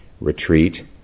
retreat